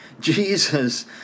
Jesus